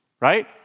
right